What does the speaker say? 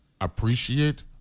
appreciate